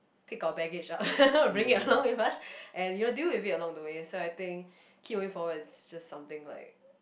pick our baggage up bring it along with us and you know deal with it along the way so I think keep moving forward is just something like